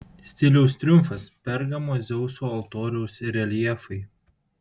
stiliaus triumfas pergamo dzeuso altoriaus reljefai